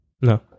No